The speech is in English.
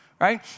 right